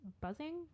buzzing